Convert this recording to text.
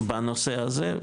בנושא הזה,